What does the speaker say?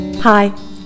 Hi